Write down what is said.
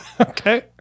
Okay